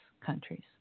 countries